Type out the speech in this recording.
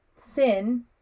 sin